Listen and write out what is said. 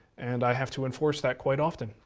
and i have to enforce that quite often.